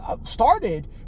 started